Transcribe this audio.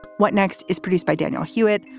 what next is produced by daniel hewitt,